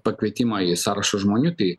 pakvietimą į sąrašus žmonių tai